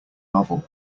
novel